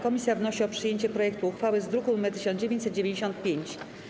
Komisja wnosi o przyjęcie projektu uchwały z druku nr 1995.